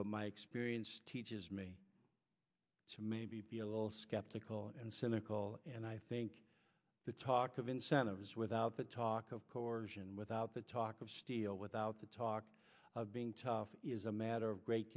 my experience teaches me to maybe be a little skeptical and cynical and i think the talk of incentives without the talk of coersion without the talk of steel without the talk of being tough is a matter of great